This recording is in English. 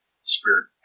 spirit